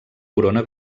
corona